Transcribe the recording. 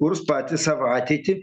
kurs patys savo ateitį